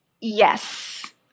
Yes